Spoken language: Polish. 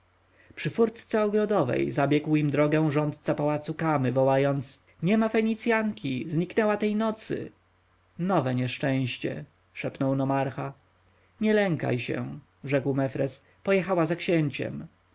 przy furtce ogrodowej zabiegł im drogę rządca pałacu kamy wołając niema fenicjanki zniknęła tej nocy nowe nieszczęście szepnął nomarcha nie lękaj się rzekł mefres pojechała za księciem